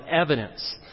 evidence